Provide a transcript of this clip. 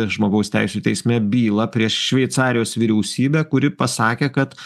žmogaus teisių teisme bylą prieš šveicarijos vyriausybę kuri pasakė kad